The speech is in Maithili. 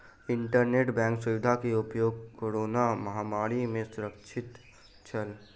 इंटरनेट बैंक सुविधा के उपयोग कोरोना महामारी में सुरक्षित छल